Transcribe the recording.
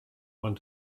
one